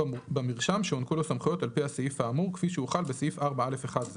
במרשם שהוענקו לו סמכויות על פי הסעיף האמור כפי שהוחל בסעיף 4א1(ז);".